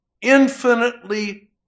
infinitely